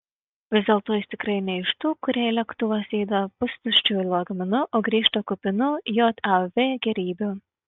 vis dėlto jis tikrai ne iš tų kurie į lėktuvą sėda pustuščiu lagaminu o grįžta kupinu jav gėrybių